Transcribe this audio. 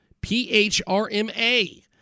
P-H-R-M-A